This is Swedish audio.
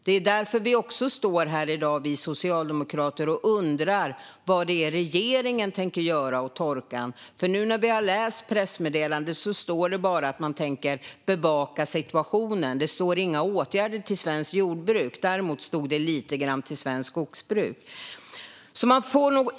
Det är också därför vi socialdemokrater står här i dag och undrar vad regeringen tänker göra åt torkan. I pressmeddelandet som vi har läst står det bara att man tänker bevaka situationen. Det står inget om åtgärder till svenskt jordbruk - däremot står det lite om åtgärder till svenskt skogsbruk.